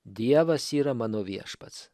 dievas yra mano viešpats